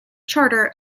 charter